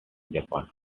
japan